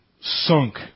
sunk